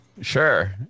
Sure